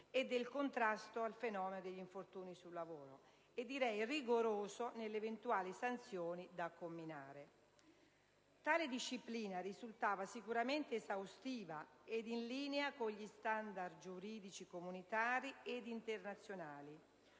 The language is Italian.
e del contrasto al fenomeno degli infortuni sul lavoro e rigoroso nelle eventuali sanzioni da comminare. Tale disciplina risultava sicuramente esaustiva ed in linea con gli standard giuridici comunitari ed internazionali,